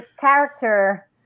character